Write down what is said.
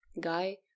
Guy